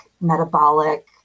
metabolic